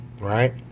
right